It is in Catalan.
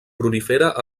prolifera